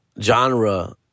genre